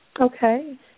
Okay